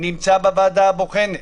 נמצא בוועדה הבוחנת,